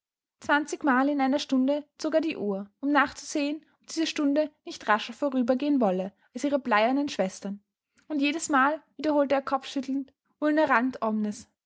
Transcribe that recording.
zwanzigmal in einer stunde zog er die uhr um nachzusehen ob diese stunde nicht rascher vorübergehen wolle als ihre bleiernen schwestern und jedesmal wiederholte er kopfschüttelnd